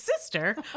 sister